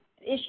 issue